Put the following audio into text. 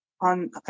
on